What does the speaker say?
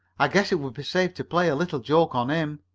i guess it would be safe to play a little joke on him.